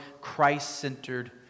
Christ-centered